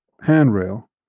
handrail